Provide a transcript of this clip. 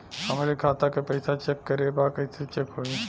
हमरे खाता के पैसा चेक करें बा कैसे चेक होई?